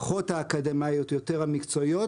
פחות האקדמאיות יותר המקצועיות,